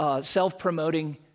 self-promoting